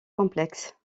complexes